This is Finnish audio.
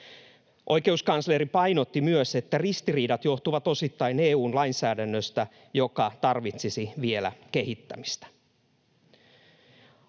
Oikeuskansleri painotti myös, että ristiriidat johtuvat osittain EU:n lainsäädännöstä, joka tarvitsisi vielä kehittämistä.